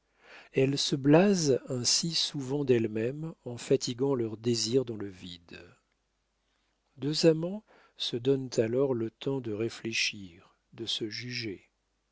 elles se blasent ainsi souvent d'elles-mêmes en fatiguant leurs désirs dans le vide deux amants se donnent alors le temps de réfléchir de se juger